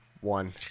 one